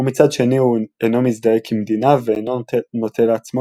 ומצד שני הוא אינו מזדהה כמדינה ואינו נוטל לעצמו